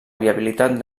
viabilitat